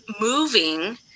moving